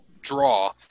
draw